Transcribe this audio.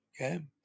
Okay